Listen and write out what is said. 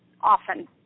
often